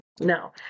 No